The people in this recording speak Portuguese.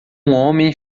homem